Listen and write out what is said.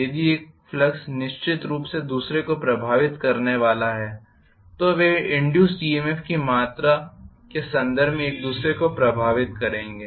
यदि एक फ्लक्स निश्चित रूप से दूसरे को प्रभावित करने वाला है तो वे इंड्यूस्ड ईएमएफ की मात्रा के संदर्भ में एक दूसरे को प्रभावित करेंगे